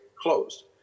closed